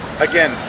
Again